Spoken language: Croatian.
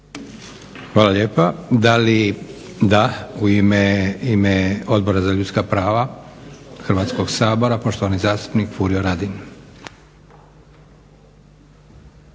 Hvala lijepa. Da li? Da u ime Odbora za ljudska prava Hrvatskog sabora poštovani zastupnik Furio Radin.